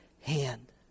hand